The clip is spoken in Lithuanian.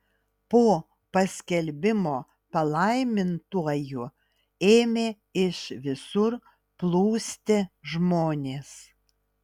po paskelbimo palaimintuoju ėmė iš visur plūsti žmonės